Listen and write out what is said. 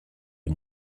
him